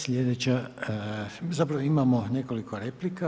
Slijedeća, zapravo imamo nekoliko replika.